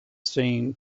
seemed